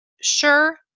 sure